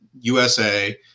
USA